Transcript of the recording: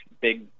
big